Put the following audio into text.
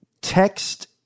text